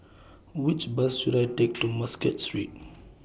Which Bus should I Take to Muscat Street